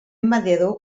mediador